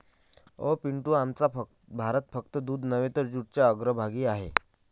अहो पिंटू, आमचा भारत फक्त दूध नव्हे तर जूटच्या अग्रभागी आहे